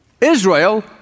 Israel